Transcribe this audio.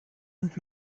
und